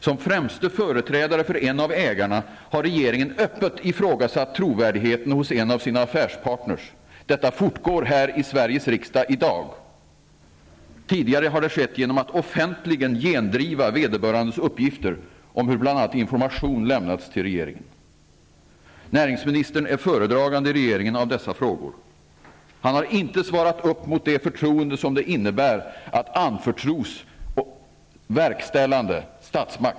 Som främste företrädare för en av ägarna har regeringen öppet ifrågasatt trovärdigheten hos en av sina affärspartner. Detta fortgår här i Sveriges riksdag i dag. Tidigare har det skett genom att offentligen gendriva vederbörandes uppgifter om hur bl.a. information lämnats till regeringen. Näringsministern är föredragande i regeringen av dessa frågor. Han har inte svarat upp mot det förtroende som det innebär att anförtros verkställande statsmakt.